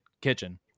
Kitchen